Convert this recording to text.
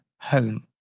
home